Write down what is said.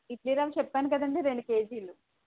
ఇడ్లీరవ్వ చెప్పాను కదండీ రెండు కేజీలు